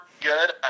good